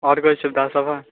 आओर कोइ सुविधा सब हय